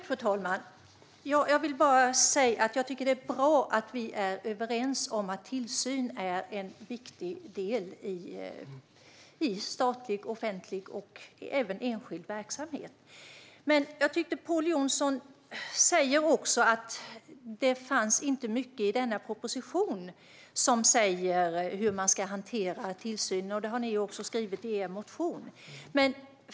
Fru talman! Jag vill bara säga att jag tycker att det är bra att vi är överens om att tillsyn är en viktig del i statlig, offentlig och även enskild verksamhet. Men Pål Jonson säger också att det inte finns mycket i denna proposition som säger hur man ska hantera tillsynen, och det har ni också skrivit i er motion.